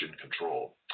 control